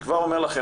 אני כבר אומר לכם,